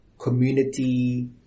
community